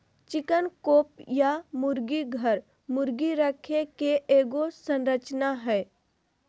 chicken coop या मुर्गी घर, मुर्गी रखे के एगो संरचना हइ